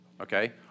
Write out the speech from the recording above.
okay